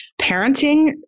parenting